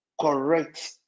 correct